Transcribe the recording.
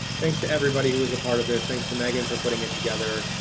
thanks to everybody who was a part of this. thanks to meaghan for putting it together.